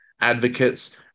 advocates